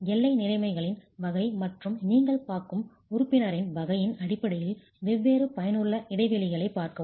எல்லை நிலைமைகளின் வகை மற்றும் நீங்கள் பார்க்கும் உறுப்பினரின் வகையின் அடிப்படையில் வெவ்வேறு பயனுள்ள இடைவெளிகளைப் பார்க்கவும்